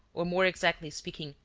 or more exactly speaking,